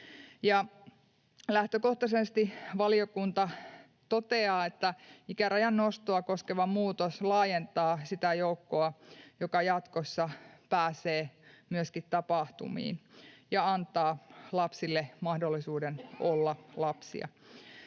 Lähtökohtaisesti, valiokunta toteaa, ikärajan nostoa koskeva muutos laajentaa sitä joukkoa, joka jatkossa pääsee myöskin tapahtumiin, ja antaa lapsille mahdollisuuden olla lapsia.